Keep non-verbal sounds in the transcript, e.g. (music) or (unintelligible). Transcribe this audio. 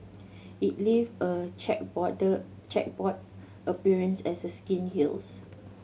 it leave a (unintelligible) chequerboard appearance as the skin heals